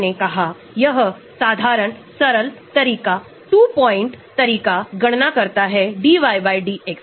इतने सारे descriptors हजारों और हजारों descriptors की गणना एक अणु के लिए की जा सकती है